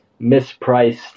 mispriced